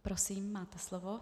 Prosím, máte slovo.